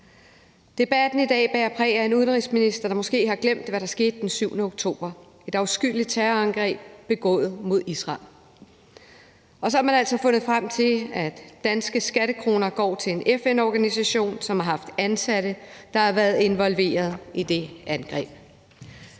Debatten i dag bærer præg af en udenrigsminister, der måske har glemt, hvad der skete den 7. oktober – et afskyeligt terrorangreb begået mod Israel. Og så har man altså fundet frem til, at danske skattekroner går til en FN-organisation, som har haft ansatte, der har været involveret i det angreb.